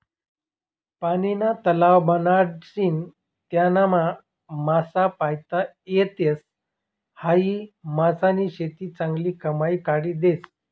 पानीना तलाव बनाडीसन त्यानामा मासा पायता येतस, हायी मासानी शेती चांगली कमाई काढी देस